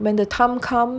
when the time comes